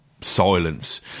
silence